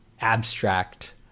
abstract